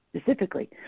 specifically